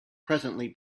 presently